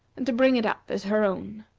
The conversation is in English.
and to bring it up as her own.